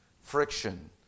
Friction